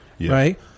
Right